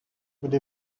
would